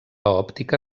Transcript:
òptica